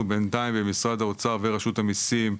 אנחנו בינתיים במשרד האוצר ורשות המיסים,